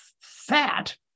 fat